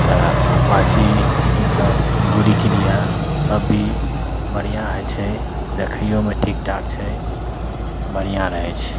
तऽ अपाची ईसब दूरीके लिए सब भी बढ़िआँ होइ छै देखैओमे ठिकठाक छै बढ़िआँ रहै छै